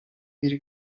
biri